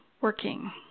working